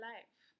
Life